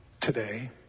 today